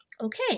Okay